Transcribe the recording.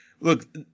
look